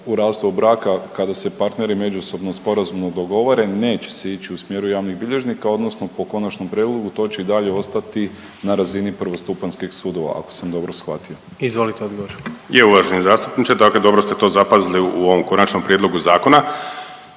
u rastavu braka kada se partneri međusobno sporazumno dogovore neće će se ići u smjeru javnih bilježnika odnosno po konačnom prijedlogu to će i dalje ostati na razini prvostupanjskih sudova ako sam dobro shvatio. **Jandroković, Gordan (HDZ)** Izvolite odgovor. **Martinović, Juro** Je uvaženi zastupniče, dakle dobro ste to zapazili u ovom konačnom prijedlogu zakona,